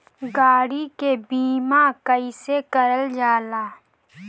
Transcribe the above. गाड़ी के बीमा कईसे करल जाला?